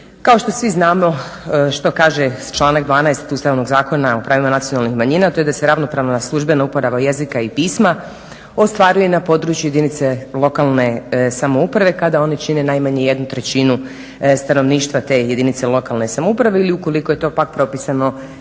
Kao što svi znamo što kaže članak 12. Ustavnog zakona o pravima nacionalnih manjina, a to je da se ravnopravno na službenu uporabu jezika i pisma, ostvaruje na području jedinice lokalne samouprave kada oni čine najmanje jednu trećinu stanovništva te jedinice lokalne samouprave ili ukoliko je to pak propisano